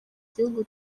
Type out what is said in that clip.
gihugu